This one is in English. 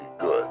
good